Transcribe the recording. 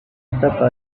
etapa